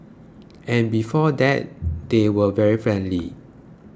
and before that they were very friendly